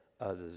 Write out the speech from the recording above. others